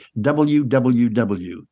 WWW